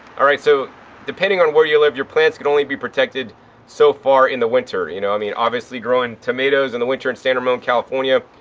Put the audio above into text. alright, so depending on where you live, your plants could only be protected so far in the you know i mean, obviously growing tomatoes in the winter in san ramon, california,